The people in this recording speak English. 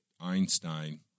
Einstein